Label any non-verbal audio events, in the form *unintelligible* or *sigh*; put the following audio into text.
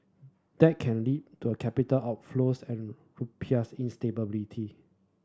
that can lead to a capital outflows and *unintelligible* rupiahs instability